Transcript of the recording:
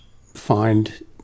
find